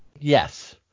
Yes